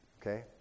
Okay